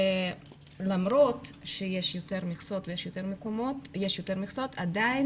למרות שיש יותר מכסות ויותר מקומות עדיין